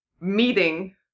meeting